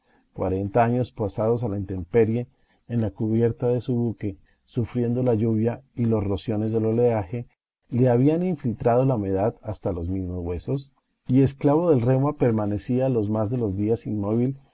cuarenta años pasados a la intemperie en la cubierta de su buque sufriendo la lluvia y los rociones del oleaje le habían infiltrado la humedad hasta los mismos huesos y esclavo del reuma permanecía los más de los días inmóvil